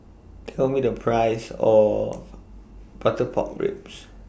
Tell Me The Price of Butter Pork Ribs